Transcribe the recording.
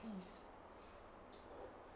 please